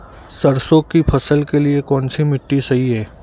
सरसों की फसल के लिए कौनसी मिट्टी सही हैं?